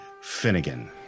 Finnegan